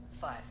Five